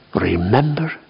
remember